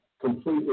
completely